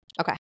Okay